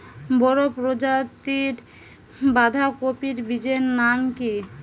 বড় প্রজাতীর বাঁধাকপির বীজের নাম কি?